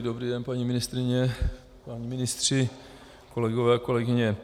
Dobrý den, paní ministryně, páni ministři, kolegové, kolegyně.